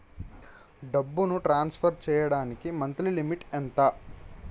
డబ్బును ట్రాన్సఫర్ చేయడానికి monthly limit ఎంత?